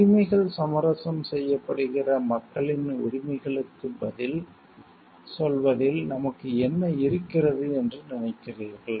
உரிமைகள் சமரசம் செய்யப்படுகிற மக்களின் உரிமைகளுக்குப் பதில் சொல்வதில் நமக்கு என்ன இருக்கிறது என்று நினைக்கிறீர்கள்